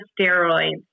steroids